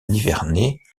nivernais